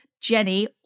Jenny